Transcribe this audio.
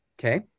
okay